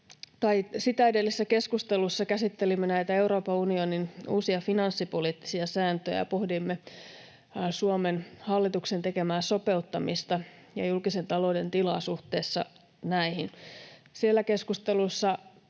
sitä edellisessä, keskustelussa käsittelimme näitä Euroopan unionin uusia finanssipoliittisia sääntöjä. Pohdimme Suomen hallituksen tekemää sopeuttamista ja julkisen talouden tilaa suhteessa näihin.